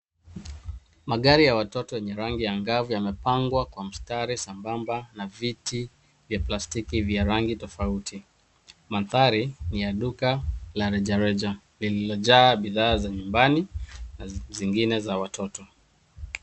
Magari ya watoto yenye rangi angavu yamepangwa kwa mstari sambamba na viti vya plastiki vya rangi tofauti. Mandhari ni ya duka ka rejareja lililojaa bidhaa za nyumbani na zingine za watoto.